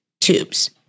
tubes